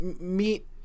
meet